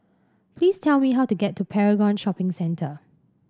please tell me how to get to Paragon Shopping Centre